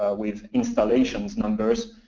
ah with installations numbers,